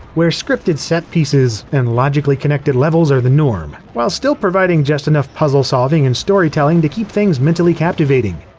where scripted set pieces and logically connected levels are the norm, while still providing just enough puzzle-solving and storytelling to keep things mentally captivating.